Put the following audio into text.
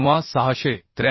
किंवा 683